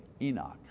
Enoch